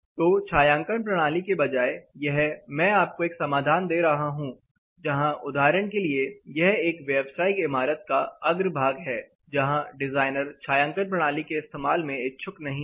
तो छायांकन प्रणाली के बजाय यह मैं आपको एक समाधान दे रहा हूं जहां उदाहरण के लिए यह एक व्यवसायिक इमारत का अग्रभाग है जहां डिजाइनर छायांकन प्रणाली के इस्तेमाल में इच्छुक नहीं है